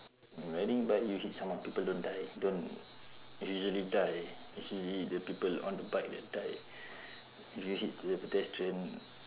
riding bike you hit someone people don't die don't usually die it's usually the people on the bike that die if you hit the pedestrian